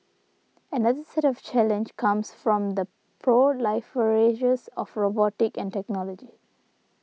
another set of challenge comes from the proliferations of robotics and technology